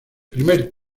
primer